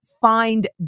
find